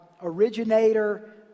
originator